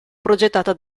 progettata